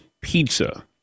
Pizza